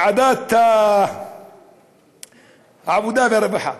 בוועדת העבודה והרווחה: